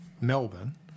Melbourne